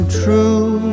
true